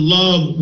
love